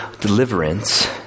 deliverance